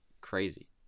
crazy